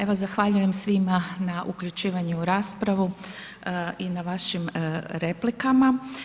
Evo zahvaljujem svima na uključivanju u raspravu i na vašim replikama.